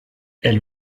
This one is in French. elle